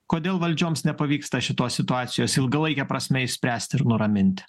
kodėl valdžioms nepavyksta šitos situacijos ilgalaike prasme išspręst ir nuraminti